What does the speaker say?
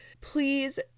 Please